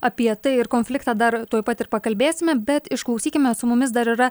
apie tai ir konfliktą dar tuoj pat ir pakalbėsime bet išklausykime su mumis dar yra